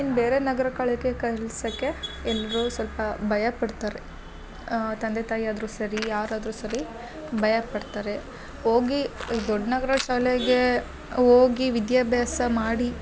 ಇನ್ನ ಬೇರೆ ನಗ್ರಗಳಿಗೆ ಕಳ್ಸಕ್ಕೆ ಎಲ್ಲರೂ ಸ್ವಲ್ಪ ಭಯ ಪಡ್ತಾರೆ ತಂದೆ ತಾಯಿ ಆದರೂ ಸರಿ ಯಾರಾದರು ಸರಿ ಭಯ ಪಡ್ತಾರೆ ಹೋಗಿ ದೊಡ್ಡ ನಗರ ಶಾಲೆಗೆ ಹೋಗಿ ವಿದ್ಯಾಭ್ಯಾಸ ಮಾಡಿ